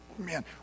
Man